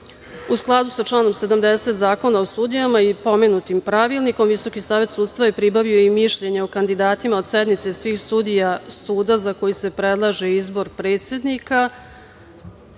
skladu sa članom 70. Zakona o sudijama i pomenutim pravilnikom Visoki savet sudstva je pribavio i mišljenje o kandidatima od sednice svih sudija suda za koji se predlaže izbor predsednika. Na